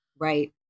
Right